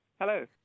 Hello